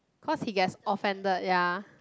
cause he gets offended ya